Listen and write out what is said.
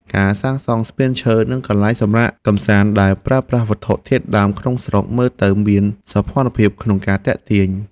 ការសាងសង់ស្ពានឈើនិងកន្លែងសម្រាកកម្សាន្តដែលប្រើប្រាស់វត្ថុធាតុដើមក្នុងស្រុកមើលទៅមានសោភ័ណភាពក្នុងការទាក់ទាញ។